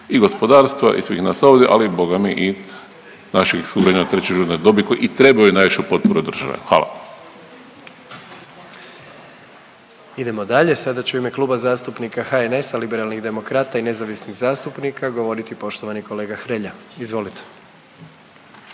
i gospodarstva i svih nas ovdje, ali Boga mi i naših sugrađana treće životne dobi koji i trebaju najvišu potporu države. Hvala. **Jandroković, Gordan (HDZ)** Idemo dalje. Sada će u ime Kluba zastupnika HNS-a-liberalnih demokrata i nezavisnih zastupnika govoriti poštovani kolega Hrelja, izvolite.